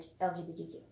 LGBTQ